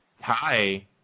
Hi